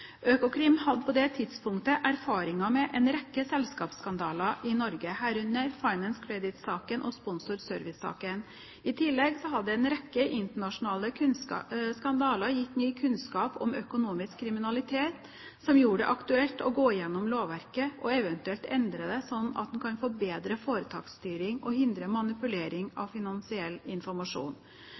Økokrim hadde på det tidspunktet erfaringer med en rekke selskapsskandaler i Norge, herunder Finance Credit-saken og Sponsor Service-saken. I tillegg hadde en rekke internasjonale skandaler gitt ny kunnskap om økonomisk kriminalitet som gjorde det aktuelt å gå gjennom lovverket og eventuelt endre det slik at en kunne få en bedre foretaksstyring og hindre manipulering av finansiell informasjon.